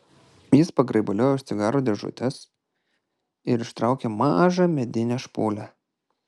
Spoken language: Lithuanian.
jis pagrabaliojo už cigarų dėžutės ir ištraukė mažą medinę špūlę